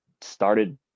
started